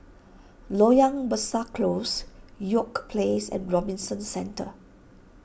Loyang Besar Close York Place and Robinson Centre